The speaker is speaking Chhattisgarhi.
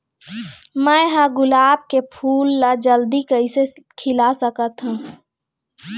मैं ह गुलाब के फूल ला जल्दी कइसे खिला सकथ हा?